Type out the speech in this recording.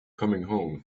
coming